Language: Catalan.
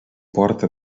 porta